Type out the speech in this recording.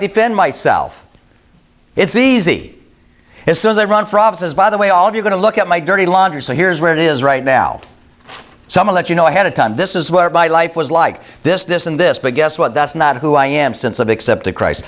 defend myself it's easy as soon as i run for office by the way all of you going to look at my dirty laundry so here's where it is right now some of that you know ahead of time this is what my life was like this this and this but guess what that's not who i am since of accepting christ